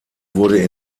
wurde